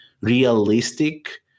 realistic